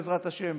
בעזרת השם,